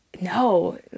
no